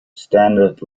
standard